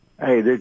Hey